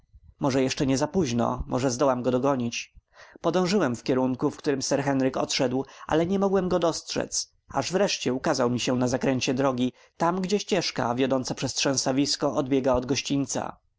może jeszcze nie zapóźno może zdołam go dogonić podążyłem w kierunku w którym sir henryk odszedł ale nic mogłem go dostrzedz aż wreszcie ukazał mi się na zakręcie drogi tam gdzie ścieżka wiodąca przez trzęsawisko odbiega od gościńca